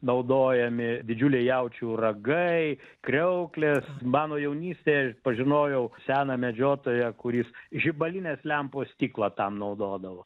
naudojami didžiuliai jaučių ragai kriauklės mano jaunystėj aš pažinojau seną medžiotoją kuris žibalinės lempos stiklą tam naudodavo